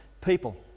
people